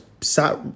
sat